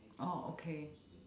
oh okay